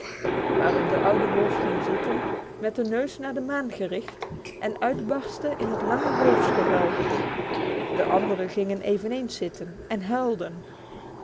waarop de oude wolf ging zitten met de neus naar de maan gericht en uitbarstte in het lange wolfsgehuil de andere gingen eveneens zitten en huilden